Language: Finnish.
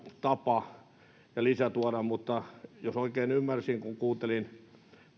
tapa ja lisä jos oikein ymmärsin kun kuuntelin